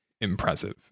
impressive